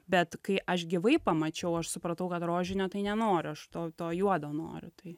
bet kai aš gyvai pamačiau aš supratau kad rožinio tai nenoriu aš to to juodo noriu tai